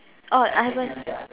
oh I haven't